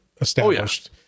established